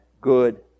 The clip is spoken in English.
good